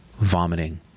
vomiting